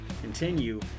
continue